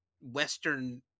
Western